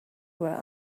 were